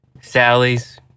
Sally's